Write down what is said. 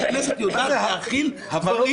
הכנסת יודעת להכיל --- הבנות